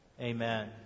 Amen